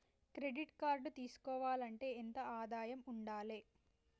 Credit card తీసుకోవాలంటే ఎంత ఆదాయం ఉండాలే?